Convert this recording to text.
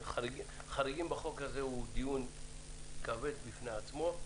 החריגים בחוק הזה הוא דיון כבד בפני עצמו.